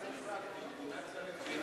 אין, כי מדינת ישראל היא מדינה יהודית.